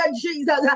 Jesus